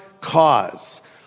cause